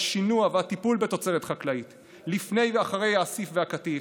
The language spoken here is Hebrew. השינוע והטיפול בתוצרת חקלאית לפני ואחרי האסיף והקטיף,